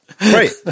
right